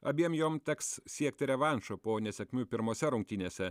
abiem jom teks siekti revanšo po nesėkmių pirmose rungtynėse